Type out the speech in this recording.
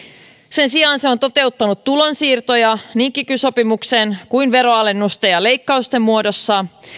sen sijaan se on toteuttanut tulonsiirtoja niin kiky sopimuksen kuin veronalennusten ja leikkausten muodossa